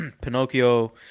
Pinocchio